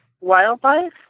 wildlife